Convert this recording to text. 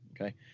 okay